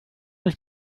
ich